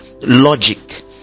logic